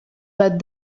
but